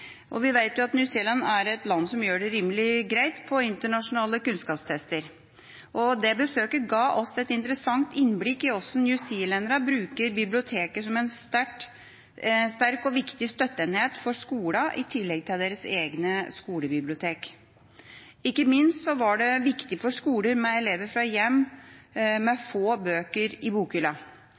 og vi vet at New Zealand er et land som gjør det rimelig greit på internasjonale kunnskapstester. Det besøket ga oss et interessant innblikk i hvordan newzealendere bruker biblioteket som en sterk og viktig støtteenhet for skolen, i tillegg til deres egne skolebibliotek. Ikke minst var det viktig for skoler med elever fra hjem med få bøker i